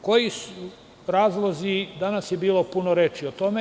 Koji su razlozi, danas je bilo puno reči o tome.